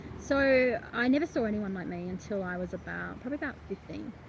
so i never saw anyone like me until i was about probably about fifteen.